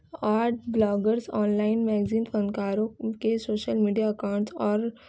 آٹ bloggers online magazine فنکاروں کے social media accounts اور